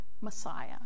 Messiah